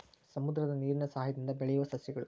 ಸಮುದ್ರದ ನೇರಿನ ಸಯಹಾಯದಿಂದ ಬೆಳಿಯುವ ಸಸ್ಯಗಳು